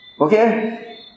okay